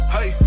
Hey